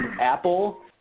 apple